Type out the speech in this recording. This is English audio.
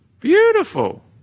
Beautiful